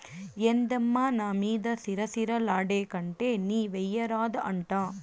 ఏందమ్మా నా మీద సిర సిర లాడేకంటే నీవెయ్యరాదా అంట